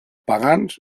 pagans